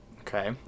Okay